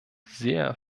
sehr